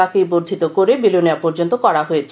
তাকেই বর্ধিত করে বিলোনিয়া পর্যন্ত করা হয়েছে